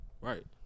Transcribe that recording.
Right